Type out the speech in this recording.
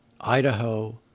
Idaho